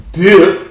dip